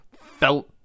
felt